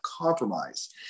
compromise